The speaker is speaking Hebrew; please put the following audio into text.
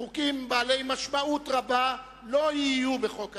חוקים בעלי משמעות רבה לא יהיו בחוק ההסדרים.